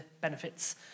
benefits